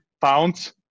pounds